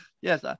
Yes